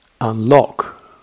unlock